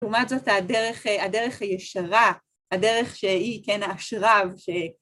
‫לעומת זאת, הדרך הישרה, ‫הדרך שהיא, כן, הכשרה...